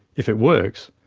if it works,